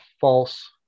false